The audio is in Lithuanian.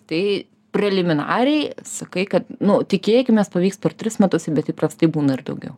tai preliminariai sakai kad nu tikėkimės pavyks per tris metus bet įprastai būna ir daugiau